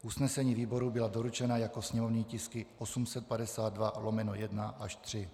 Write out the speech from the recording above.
Usnesení výboru byla doručena jako sněmovní tisky 852/1 až 3.